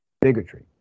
bigotry